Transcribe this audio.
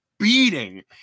beating